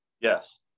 Yes